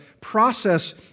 process